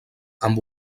amb